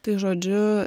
tai žodžiu